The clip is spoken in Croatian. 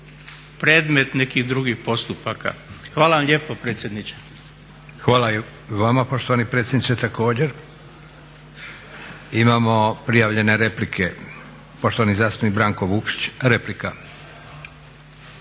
predmet nekih drugih postupaka. Hvala vam lijepo predsjedniče. **Leko, Josip (SDP)** Hvala i vama poštovani predsjedniče također. Imamo prijavljene replike. Poštovani zastupnik Branko Vukšić, replika.